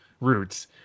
roots